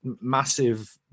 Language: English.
massive